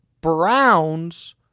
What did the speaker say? Browns